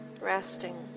Resting